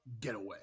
getaway